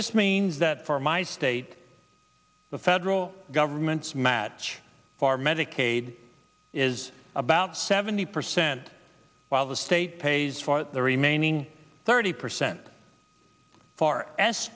this means that for my state the federal government's match for medicaid is about seventy percent while the state pays for the remaining thirty percent far as